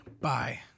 bye